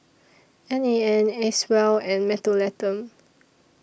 N A N Acwell and Mentholatum